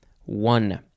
One